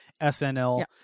snl